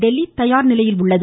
தில்லி தயார்நிலையில் உள்ளது